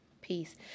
Peace